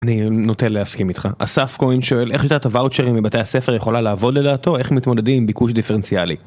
אני נוטה להסכים איתך אסף כהן שואל איך שיטת הוואצ'רים בבתי הספר יכולה לעבוד לדעתו איך מתמודדים עם ביקוש דיפרנציאלי.